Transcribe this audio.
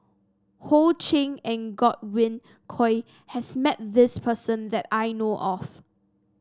Ho Ching and Godwin Koay has met this person that I know of